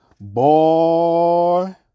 Boy